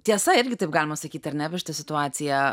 tiesa irgi taip galima sakyt ar ne apie šitą situaciją